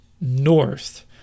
north